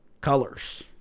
colors